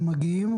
הם מגיעים,